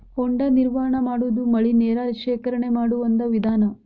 ಹೊಂಡಾ ನಿರ್ಮಾಣಾ ಮಾಡುದು ಮಳಿ ನೇರ ಶೇಖರಣೆ ಮಾಡು ಒಂದ ವಿಧಾನಾ